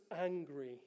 angry